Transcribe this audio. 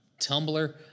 Tumblr